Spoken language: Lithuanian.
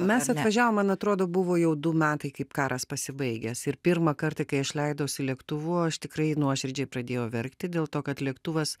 mes atvažiavom man atrodo buvo jau du metai kaip karas pasibaigęs ir pirmą kartą kai aš leidausi lėktuvu aš tikrai nuoširdžiai pradėjau verkti dėl to kad lėktuvas